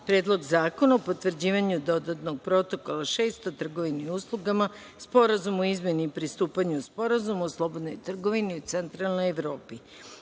Predlog zakona o potvrđivanju Dodatnog protokola 6 o trgovini uslugama Sporazuma o izmeni i pristupanju Sporazumu o slobodnoj trgovini u Centralnoj Evropi